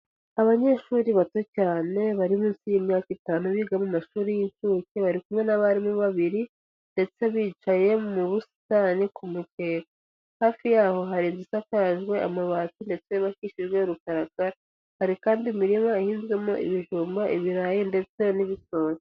Abanyeshuri bato cyane bari munsi y'imyaka itanu biga mu mashuri y'inshuke bari kumwe n'abarimu babiri ndetse bicaye mu busitani ku mukeka. Hafi yaho hari inzu isakajwe amabati ndetse yubakishijwe rukarakara. Hari kandi imirima ihinzwemo ibijumba, ibirayi ndetse n'ibitoki.